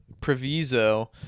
proviso